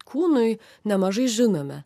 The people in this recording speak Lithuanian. kūnui nemažai žinome